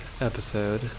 episode